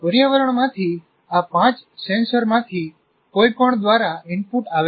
પર્યાવરણમાંથી આ પાંચ સેન્સરમાંથી કોઈપણ દ્વારા ઇનપુટ આવે છે